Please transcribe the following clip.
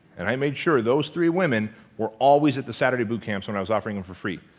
and i make sure those three women were always at the saturday boot camps when i was offering them for free.